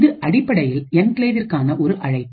இது அடிப்படையில் என்கிளேவிற்கான ஒரு அழைப்பு